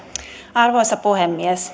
arvoisa puhemies